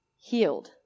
healed